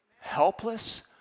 Helpless